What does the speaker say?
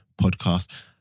podcast